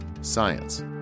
science